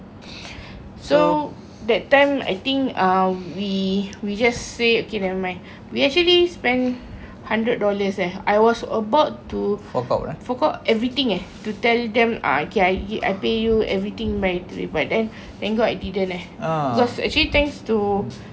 so that time I think uh we we just say okay nevermind we actually spend hundred dollars eh I was about to fork out everything eh to tell them okay I pay you everything by today but then thank god I didn't eh I was actually thanks to